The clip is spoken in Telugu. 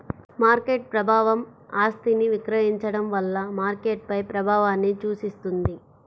మార్కెట్ ప్రభావం ఆస్తిని విక్రయించడం వల్ల మార్కెట్పై ప్రభావాన్ని సూచిస్తుంది